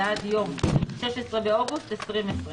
ועד יום (16 באוגוסט 2020)"."